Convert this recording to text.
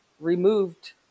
removed